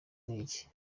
niki